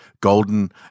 golden